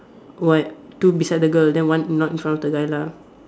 what two beside the girl then one not in front of the guy lah